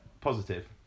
positive